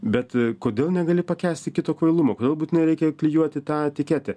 bet kodėl negali pakęsti kito kvailumo kodėl būtinai reikia klijuoti tą etiketę